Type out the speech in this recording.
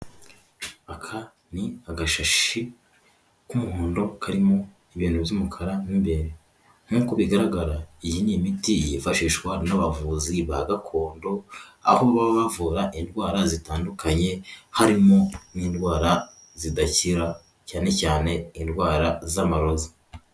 Aka ni agashashi k'umuhondo karimo ibintu by'umukara mo imbere. Nk'uko bigaragara iyi ni imiti yifashishwa n'abavuzi ba gakondo aho baba bavura indwara zitandukanye harimo n'indwara zidakira cyane cyane indwara z'amaroza.